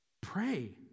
Pray